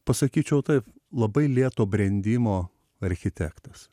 pasakyčiau taip labai lėto brendimo architektas